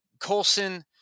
Colson